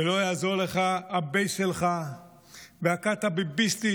ולא יעזרו לך הבייס שלך והכת הביביסטית,